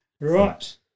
Right